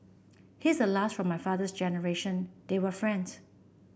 he's the last from my father generation they were friends